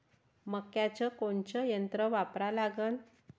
मक्याचं कोनचं यंत्र वापरा लागन?